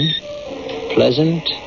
pleasant